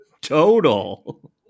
total